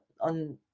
on